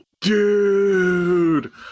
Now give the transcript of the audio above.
Dude